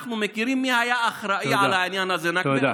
אנחנו מכירים את מי שהיה אחראי לעניין הזה, נכבה.